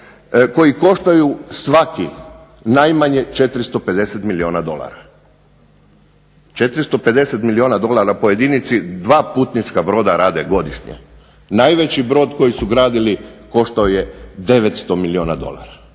koji koštaju svaki najmanje 450 milijuna dolara po jedinici. 2 putnička broda rade godišnje. Najveći brod koji su gradili koštao je 900 milijuna dolara.